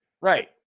right